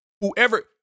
whoever